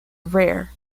rare